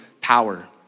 power